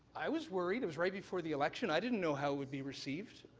i was worried it was right before the election i didn't know how it would be received,